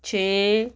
ਛੇ